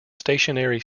stationary